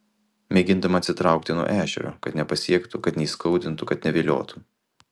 mėgindama atsitraukti nuo ešerio kad nepasiektų kad neįskaudintų kad neviliotų